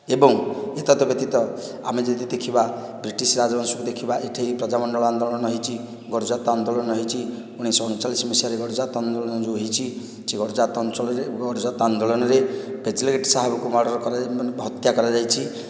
ଏବଂ ଏତଦ୍ ବ୍ୟତିତ ଆମେ ଯଦି ଦେଖିବା ବ୍ରିଟିଶ ରାଜବଂଶକୁ ଦେଖିବା ଏଠି ପ୍ରଜାମଣ୍ଡଳ ଆନ୍ଦୋଳନ ହୋଇଛି ଗଡ଼ଜାତ ଆନ୍ଦୋଳନ ହୋଇଛି ଉଣେଇଶହ ଅଣଚାଳିଶ ମସିହାରେ ଯେଉଁ ଗଡ଼ଜାତ ଆନ୍ଦୋଳନ ଯେଉଁ ହୋଇଛି ସେ ଗଡ଼ଜାତ ଅଞ୍ଚଳରେ ଗଡ଼ଜାତ ଆନ୍ଦୋଳନରେ ପେଥିଲେଈଟ ଶାହବଙ୍କୁ ମର୍ଡ଼ର୍ କରାଯାଇଛି ମାନେ ହତ୍ୟା କରାଯାଇଛି